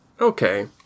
Okay